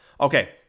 Okay